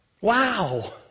Wow